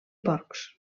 porcs